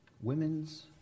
women's